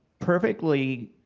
perfectly,